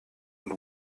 und